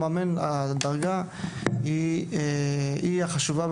הדרגה היא החשובה,